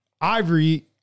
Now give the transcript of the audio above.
Ivory